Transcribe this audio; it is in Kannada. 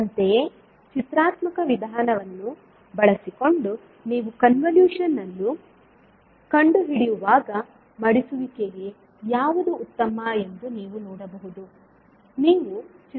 ಅಂತೆಯೇ ಚಿತ್ರಾತ್ಮಕ ವಿಧಾನವನ್ನು ಬಳಸಿಕೊಂಡು ನೀವು ಕನ್ವಲೂಶನ್ ಅನ್ನು ಕಂಡುಹಿಡಿಯುವಾಗ ಮಡಿಸುವಿಕೆಗೆ ಯಾವುದು ಉತ್ತಮ ಎಂದು ನೀವು ನೋಡಬಹುದು